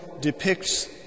depicts